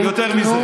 הוא מדבר בשם האל.